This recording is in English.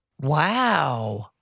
Wow